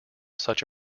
such